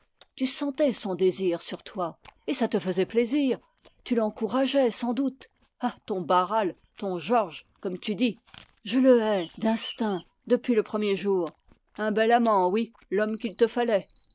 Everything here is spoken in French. tu sentais son désir sur toi et ça te fait plaisir tu l'encourageais sans doute ah ton barral ton georges comme tu dis je le hais depuis le premier jour un bel amant oui l'homme qu'il te fallait